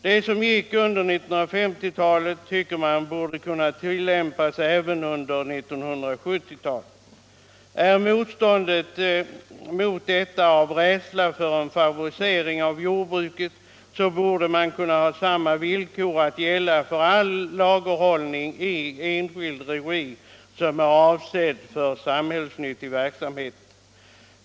Det som gick under 1950-talet borde också, tycker man, kunna tillämpas under 1970-talet. Beror motståndet mot detta på rädsla för en favorisering av jordbruket, så borde samma villkor kunna gälla all lagerhållning i enskild regi som är avsedd för samhällsnyttig verksamhet.